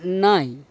நாய்